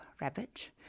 rabbit